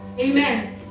Amen